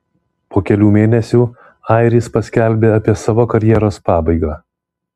po kelių mėnesių airis paskelbė apie savo karjeros pabaigą